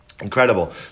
Incredible